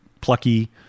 plucky